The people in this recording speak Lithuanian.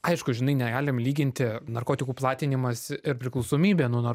aišku žinai negalim lyginti narkotikų platinimas ir priklausomybė nuo nar